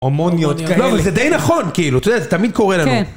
הומוניות כאלה. זה די נכון, כאילו, אתה יודע, זה תמיד קורה לנו. כן.